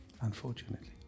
Unfortunately